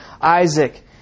Isaac